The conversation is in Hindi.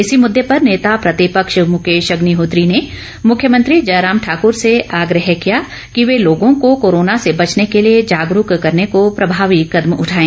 इसी मुद्दे पर नेता प्रतिपक्ष मुकेश अग्निहोत्री ने मुख्यमंत्री जयराम ठाकुर से आग्रह किया कि वह लोगों को कोरोना से बचने के लिए जागरूक करने को प्रभावी कदम उठाएं